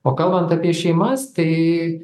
o kalbant apie šeimas tai